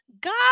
God